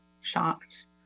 shocked